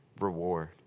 reward